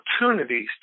opportunities